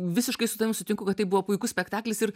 visiškai su tavim sutinku kad tai buvo puikus spektaklis ir